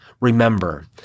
Remember